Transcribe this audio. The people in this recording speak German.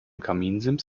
kaminsims